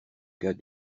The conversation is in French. gars